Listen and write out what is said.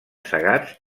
segats